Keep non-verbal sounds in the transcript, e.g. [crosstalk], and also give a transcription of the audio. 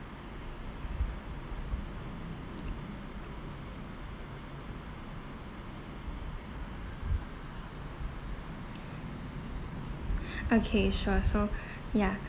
[breath] okay sure so [breath] ya